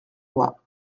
moi